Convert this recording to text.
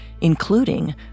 including